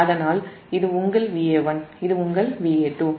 அதனால்இது உங்கள் Va1 இது உங்கள் Va2